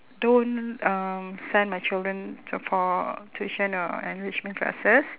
don't um send my children to for tuition or enrichment classes